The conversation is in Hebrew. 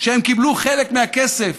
שהם קיבלו חלק מהכסף